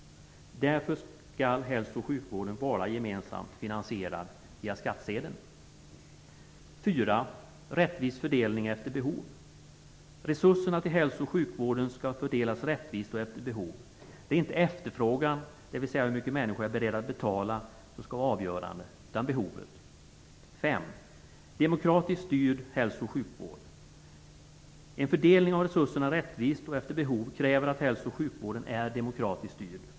Därför skall hälso och sjukvården vara gemensamt finansierad via skattsedeln. Resurserna till hälso och sjukvården skall fördelas rättvist och efter behov. Det är inte efterfrågan, dvs. hur mycket människor är beredda att betala, som skall vara avgörande utan behovet. En fördelning av resurserna rättvist och efter behov kräver att hälso och sjukvården är demokratiskt styrd.